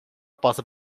possa